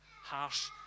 harsh